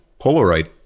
Polaroid